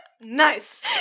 Nice